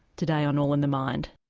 today on all in the mind.